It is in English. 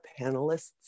panelists